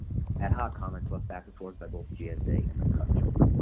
ad hoc comments like back and forth by both gsa and the customer.